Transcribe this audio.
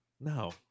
No